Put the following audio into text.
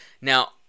Now